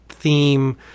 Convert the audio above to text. theme